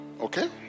Okay